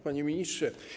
Panie Ministrze!